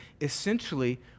essentially